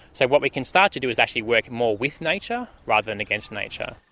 so what we can start to do is actually work more with nature rather than against nature.